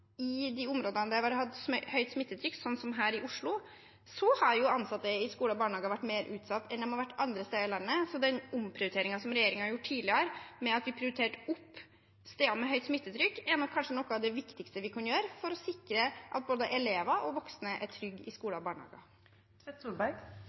i de områdene der vi har hatt høyt smittetrykk, som her i Oslo, har ansatte i skoler og barnehager vært mer utsatt enn de har vært andre steder i landet. Så den omprioriteringen som regjeringen gjorde tidligere, med at vi prioriterte opp steder med høyt smittetrykk, er kanskje noe av det viktigste vi kunne gjøre for å sikre at både elever og voksne er trygge i